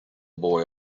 boy